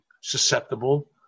susceptible